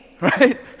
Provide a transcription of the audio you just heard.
Right